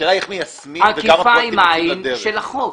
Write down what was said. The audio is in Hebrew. השאלה איך מיישמים וכמה פרויקטים יוצאים לדרך.